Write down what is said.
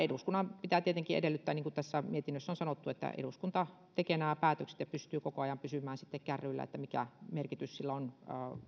eduskunnan pitää tietenkin edellyttää tekevän päätökset niin kuin tässä mietinnössä on sanottu että eduskunta tekee nämä päätökset ja pystyy koko ajan pysymään kärryillä siitä mikä merkitys sillä